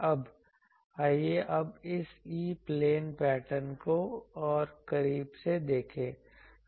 अब आइए अब इस E प्लेन पैटर्न को और करीब से देखें